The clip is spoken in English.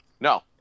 No